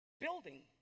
building